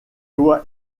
doit